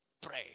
Pray